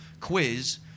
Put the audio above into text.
quiz